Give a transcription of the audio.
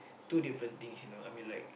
two different things you know I mean like